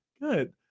Good